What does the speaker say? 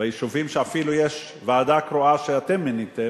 ביישובים שאפילו יש ועדה קרואה שאתם מיניתם,